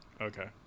Okay